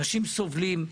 אנשים סובלים.